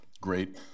great